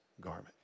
garment